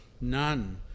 none